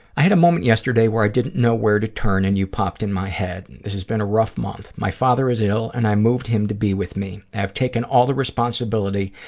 i had a moment yesterday where i didn't know where to turn, and you popped in my head. this has been a rough month. my father is ill, and i moved him to be with me. i have taken all the responsibility,